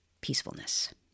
peacefulness